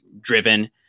driven